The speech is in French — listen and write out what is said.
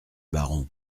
baron